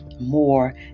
more